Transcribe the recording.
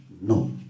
no